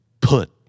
put